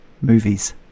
movies